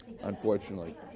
unfortunately